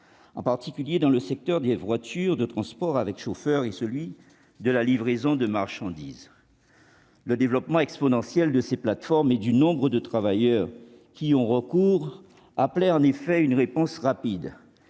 en particulier dans le secteur des voitures de transport avec chauffeur et dans celui de la livraison de marchandises. Le développement exponentiel de ces plateformes et l'augmentation du nombre de travailleurs qui y ont recours appelaient en effet une réponse rapide.